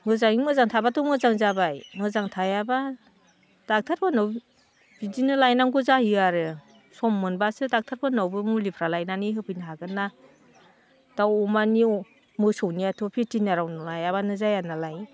मोजाङै मोजां थाबाथ' मोजां जाबाय मोजां थायाबा डक्ट'रफोरनाव बिदिनो लायनांगौ जायो आरो सम मोनबासो डक्ट'रफोरनाव मुलिफ्रा लायनानै होफैनो हागोनना दाउ अमानि मोसौनियाथ' भेतेनारिआव लायाबानो जाया नालाय